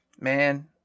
man